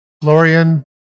Florian